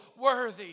worthy